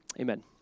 Amen